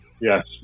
Yes